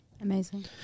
amazing